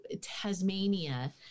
Tasmania